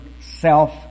self